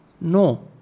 no